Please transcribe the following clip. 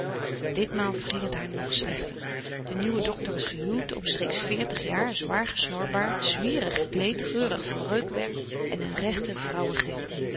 ditmaal verging het haar nog slechter de nieuwe doctor was gehuwd omstreeks veertig jaar zwaar gesnorbaard zwierig gekleed geurig van reukwerk en een rechte